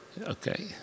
okay